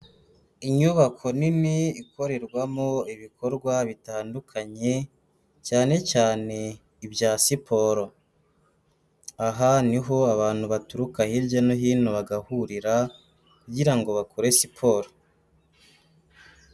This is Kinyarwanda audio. Inyubako nini ikorerwamo ibikorwa bitandukanye, cyane cyane ibya siporo. Aha niho abantu baturuka hirya no hino bagahurira kugira ngo bakore siporo.